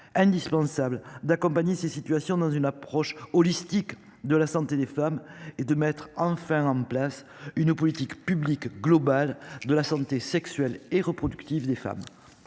indispensable d'accompagner ces situations dans une approche holistique de la santé des femmes et de mettre enfin en place une politique publique globale de la santé sexuelle et reproductive des femmes.